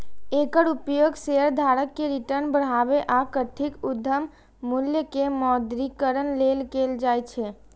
एकर उपयोग शेयरधारक के रिटर्न बढ़ाबै आ कथित उद्यम मूल्य के मौद्रीकरण लेल कैल जाइ छै